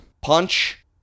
punch